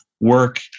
work